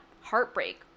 heartbreak